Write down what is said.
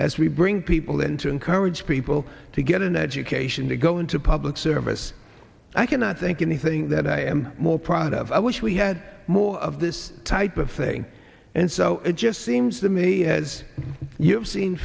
as we bring people in to encourage people to get an education to go into public service i cannot think anything that i am more proud of i wish we had more of this type of thing and so it just seems to me as you have seen